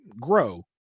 grow